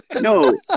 No